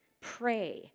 Pray